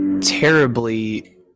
terribly